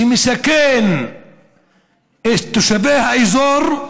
שמסכן את תושבי האזור: